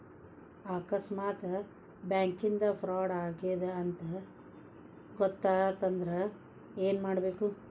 ಆಕಸ್ಮಾತ್ ಬ್ಯಾಂಕಿಂದಾ ಫ್ರಾಡ್ ಆಗೇದ್ ಅಂತ್ ಗೊತಾತಂದ್ರ ಏನ್ಮಾಡ್ಬೇಕು?